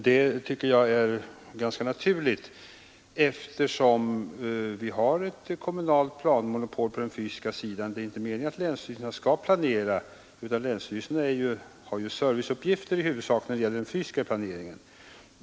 Det tycker jag är ganska naturligt, eftersom vi har ett kommunalt planmonopol på den fysiska sidan. Det är inte meningen att länsstyrelserna skall planera, utan länsstyrelserna har i huvudsak serviceuppgifter när det gäller den fysiska planeringen.